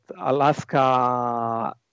Alaska